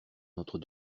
notre